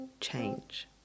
change